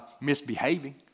misbehaving